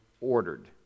ordered